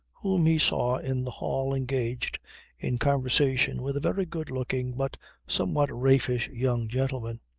whom he saw in the hall engaged in conversation with a very good-looking but somewhat raffish young gentleman.